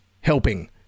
helping